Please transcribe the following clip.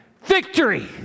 Victory